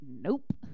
Nope